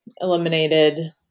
eliminated